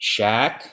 Shaq